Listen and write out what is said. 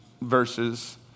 verses